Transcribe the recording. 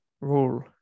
rule